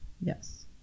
yes